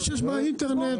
יש באינטרנט.